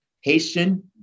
Haitian